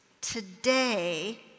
today